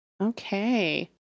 okay